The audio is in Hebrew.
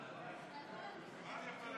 53. לפיכך,